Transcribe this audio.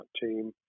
team